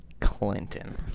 Clinton